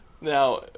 Now